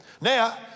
Now